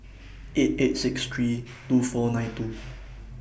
eight eight six three two four nine two